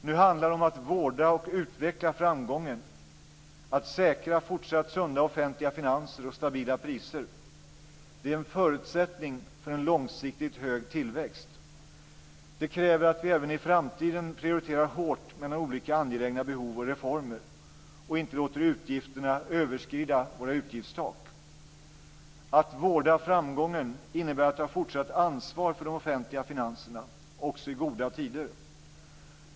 Nu handlar det om att vårda och utveckla framgången, att säkra fortsatt sunda offentliga finanser och stabila priser. Det är en förutsättning för en långsiktigt hög tillväxt. Det kräver att vi även i framtiden prioriterar hårt mellan olika angelägna behov och reformer och inte låter utgifterna överskrida våra utgiftstak. Att vårda framgången innebär att ha fortsatt ansvar för de offentliga finanserna också i goda tider.